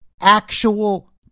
actual